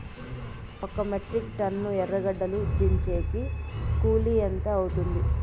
ఒక metric ton ఎర్రగడ్డలు దించేకి కూలి ఎంత అవుతుంది?